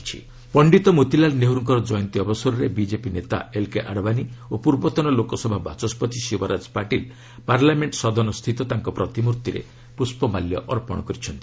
Motilal Nehru tributes Pandit Motilal ନେହେରୁଙ୍କ ଜୟନ୍ତୀ ଅବସରରେ ବିଜେପି ନେତା ଏଲ୍କେ ଆଡ଼ବାନୀ ଓ ପୂର୍ବତନ ଲୋକସଭା ବାଚସ୍କତି ଶିବରାଜ୍ ପାଟିଲ୍ ପାର୍ଲାମେଣ୍ଟ ସଦନସ୍ଥିତ ତାଙ୍କ ପ୍ରତିମୂର୍ତ୍ତିରେ ପୁଷ୍ପମାଲ୍ୟ ଅର୍ପଣ କରିଛନ୍ତି